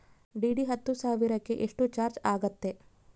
DD ಹತ್ತು ಸಾವಿರಕ್ಕೆ ಎಷ್ಟು ಚಾಜ್೯ ಆಗತ್ತೆ?